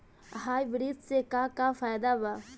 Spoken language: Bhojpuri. हाइब्रिड से का का फायदा बा?